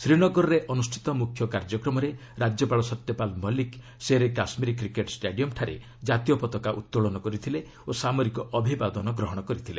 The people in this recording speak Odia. ଶ୍ରୀନଗରରେ ଅନୁଷ୍ଠିତ ମୁଖ୍ୟ କାର୍ଯ୍ୟକ୍ରମରେ ରାଜ୍ୟପାଳ ସତ୍ୟପାଳ ମଲିକ୍ ଶେରେ କାଶ୍କୀର କ୍ରିକେଟ୍ ଷ୍ଟାଡିୟମ୍ଠାରେ ଜାତୀୟ ପତାକା ଉତ୍ତୋଳନ କରିଥିଲେ ଓ ସାମରିକ ଅଭିବାଦନ ଗ୍ରହଣ କରିଥିଲେ